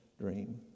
dream